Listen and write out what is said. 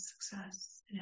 success